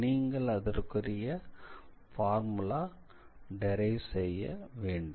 நீங்கள் அதற்குரிய formula derive செய்ய வேண்டும்